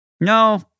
No